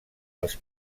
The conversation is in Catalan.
els